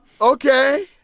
Okay